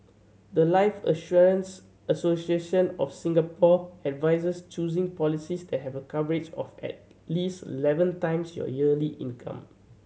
the life Insurance Association of Singapore advises choosing policies that have a coverage of at least eleven times your yearly income